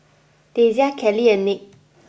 Dasia Cali and Nick